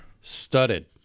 studded